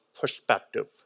perspective